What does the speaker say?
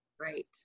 Right